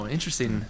Interesting